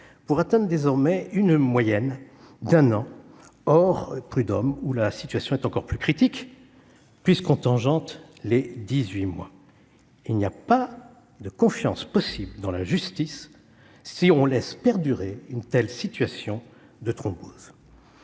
pour atteindre désormais une moyenne d'un an, hors conseils des prud'hommes où la situation est encore plus critique puisque l'on frôle les dix-huit mois. Il n'y a pas de confiance possible dans la justice, si on laisse perdurer une telle situation de thrombose.